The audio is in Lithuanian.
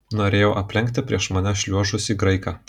norėjau aplenkti prieš mane šliuožusį graiką